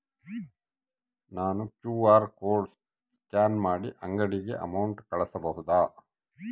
ನಾನು QR code scan ಮಾಡಿ ಅಂಗಡಿಗೆ ಅಮೌಂಟ್ ಕಳಿಸಬಹುದಾ?